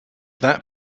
that